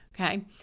Okay